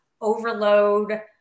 overload